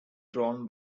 drawn